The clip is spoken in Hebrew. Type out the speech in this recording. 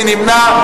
מי נמנע?